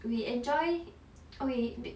we enjoy oh wait